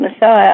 messiah